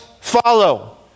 follow